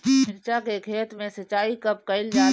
मिर्चा के खेत में सिचाई कब कइल जाला?